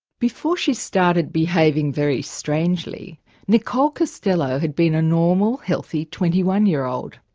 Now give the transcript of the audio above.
before she started behaving very strangely nichole costello had been a normal, healthy twenty one year old.